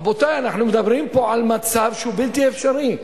רבותי, אנחנו מדברים פה על מצב שהוא בלתי אפשרי.